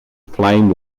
flame